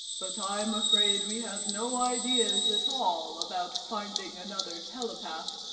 but i'm afraid we have no ideas at all about finding another telepath.